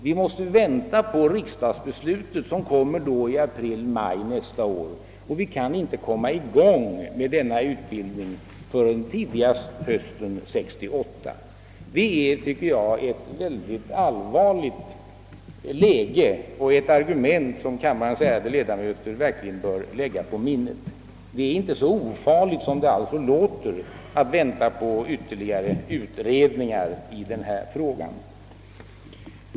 Vi måste vänta på ett riksdagsbeslut i april— maj nästa år, och vi kan inte komma i gång med denna utbildning förrän tidigast hösten 1968. Detta är enligt min mening ett mycket allvarligt argument, som kammarens ärade ledamöter verkligen bör lägga på minnet. Det är alltså inte så ofarligt som det låter att vänta på ytterligare utredningar i denna fråga.